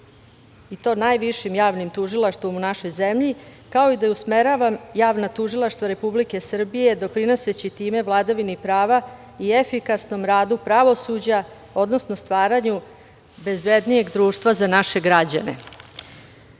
i to najvišim javnim tužilaštvom u našoj zemlji, kao i da usmeravam javna tužilaštva Republike Srbije doprinoseći time vladavini prava i efikasnom radu pravosuđa, odnosno stvaranju bezbednijeg društva za naše